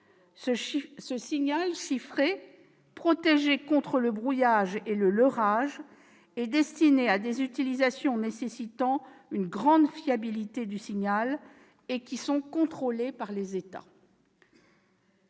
Ce signal chiffré, protégé contre le brouillage et le leurrage, est destiné à des utilisations nécessitant une grande fiabilité du signal et qui sont contrôlées par les États.